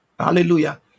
Hallelujah